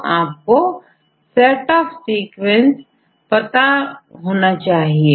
तो आपको set of sequence पता होना चाहिए